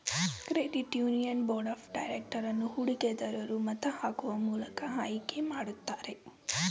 credit union board of director ಅನ್ನು ಹೂಡಿಕೆ ದರೂರು ಮತ ಹಾಕುವ ಮೂಲಕ ಆಯ್ಕೆ ಮಾಡುತ್ತಾರೆ